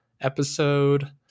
episode